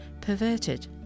perverted